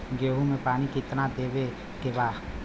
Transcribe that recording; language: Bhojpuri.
गेहूँ मे पानी कितनादेवे के बा?